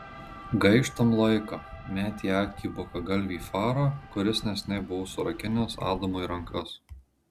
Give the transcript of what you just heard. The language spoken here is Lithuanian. gaištam laiką metė akį į bukagalvį farą kuris neseniai buvo surakinęs adamui rankas